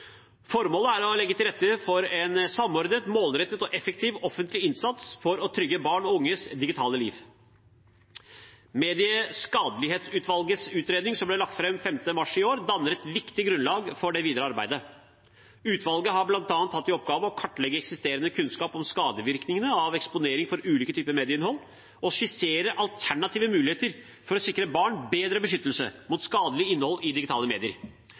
Formålet er å legge til rette for en samordnet, målrettet og effektiv offentlig innsats for å trygge barn og unges digitale liv. Medieskadelighetsutvalgets utredning, som ble lagt fram 15. mars i år, danner et viktig grunnlag for det videre arbeidet. Utvalget har bl.a. hatt i oppgave å kartlegge eksisterende kunnskap om skadevirkningene av eksponering for ulike typer medieinnhold og å skissere alternative muligheter for å sikre barn bedre beskyttelse mot skadelig innhold i digitale medier.